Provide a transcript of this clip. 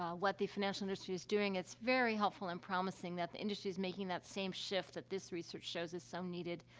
um what the financial industry is doing, it's very helpful and promising that the industry's making that same shift that this research shows is so needed,